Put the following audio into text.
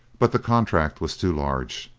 but the contract was too large.